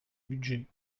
budget